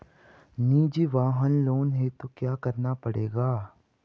निजी वाहन लोन हेतु क्या करना पड़ेगा?